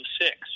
six